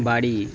বাড়ি